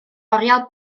oriel